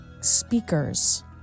speakers